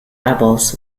rebels